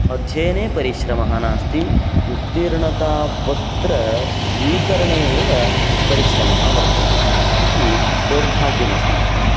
अध्ययने परिश्रमः नास्ति उत्तीर्णतापत्रं स्वीकरणे एव परिश्रमः वर्तते इति दौर्भाग्यम् अस्माकम्